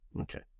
Okay